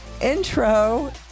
intro